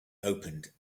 opened